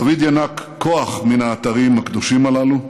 דוד ינק כוח מן האתרים הקדושים הללו.